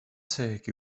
teg